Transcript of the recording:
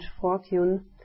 fortune